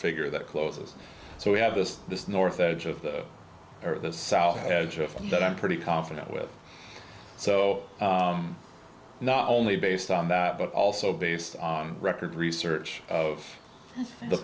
figure that closes so we have this this north edge of the earth the south hedge of and that i'm pretty confident with so not only based on that but also based on record research of the